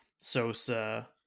Sosa